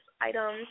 items